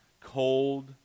cold